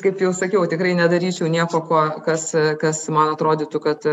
kaip jau sakiau tikrai nedaryčiau nieko ko kas kas man atrodytų kad